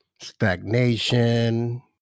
stagnation